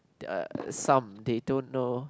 they are some they don't know